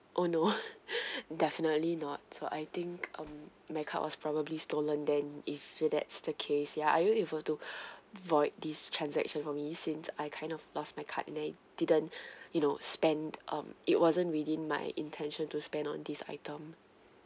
oh no definitely not so I think um my card was probably stolen then if that's the case ya are you able to void this transaction for me since I kind of lost my card and I didn't you know spend um it wasn't within my intention to spend on this item